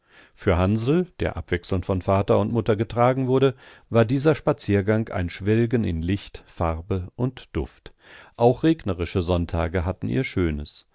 für hansl der abwechselnd von vater und mutter getragen wurde war dieser spaziergang ein schwelgen in licht farbe und duft auch regnerische sonntage hatten ihr schönes